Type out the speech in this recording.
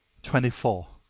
twenty four.